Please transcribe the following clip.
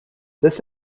this